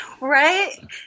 Right